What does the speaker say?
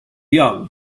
young